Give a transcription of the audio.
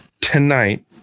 tonight